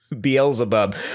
Beelzebub